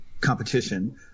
competition